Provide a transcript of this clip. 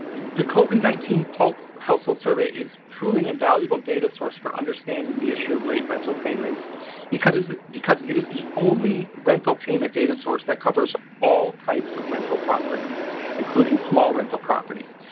the covid nineteen pulse household survey is truly an invaluable data source for understanding the issue of late rental payments because because it is the only rental payment data source that covers all types of rental properties including small rental properties.